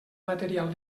material